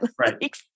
Right